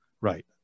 Right